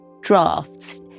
drafts